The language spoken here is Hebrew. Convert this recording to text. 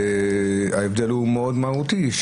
ההבדל הוא מאוד מהותי,